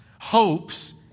hopes